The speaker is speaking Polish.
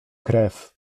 krew